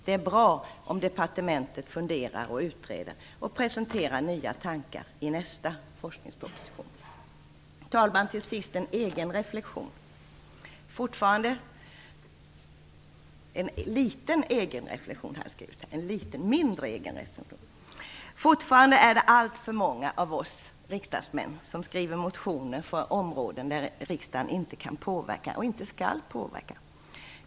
Det är bra om departementet funderar över och utreder frågan och presenterar nya tankar i nästa forskningsproposition. Herr talman! Till sist en liten egen reflexion. Fortfarande är det alltför många av oss riksdagsmän som skriver motioner på områden där riksdagen inte kan påverka och inte skall påverka.